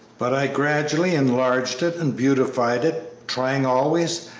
but i gradually enlarged it and beautified it, trying always,